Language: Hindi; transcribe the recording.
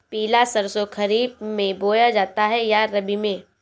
पिला सरसो खरीफ में बोया जाता है या रबी में?